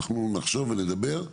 אנחנו עוד נחשוב ונדבר.